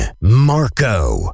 Marco